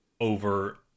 over